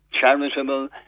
charitable